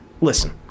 listen